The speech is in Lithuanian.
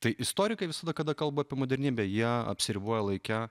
tai istorikai visada kada kalba apie modernybę jie apsiriboja laike